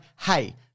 hey